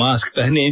mask पहनें